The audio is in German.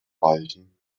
reichen